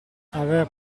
aver